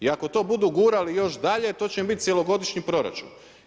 I ako to budu gurali još dalje, to će im biti cjelogodišnji proračun.